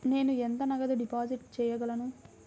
నేను ఎంత నగదు డిపాజిట్ చేయగలను?